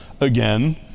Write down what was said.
again